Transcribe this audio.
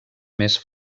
més